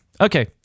okay